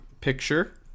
picture